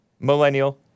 Millennial